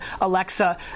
Alexa